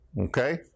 Okay